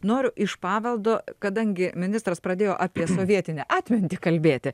noriu iš paveldo kadangi ministras pradėjo apie sovietinę atmintį kalbėti